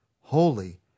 Holy